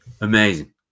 amazing